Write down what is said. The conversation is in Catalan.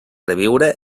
reviure